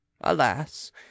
alas